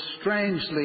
strangely